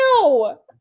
No